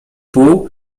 pół